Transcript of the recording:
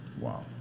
Wow